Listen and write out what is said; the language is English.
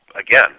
again